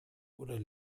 oder